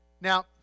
Now